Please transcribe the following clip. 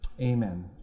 Amen